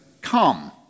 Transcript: come